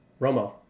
Romo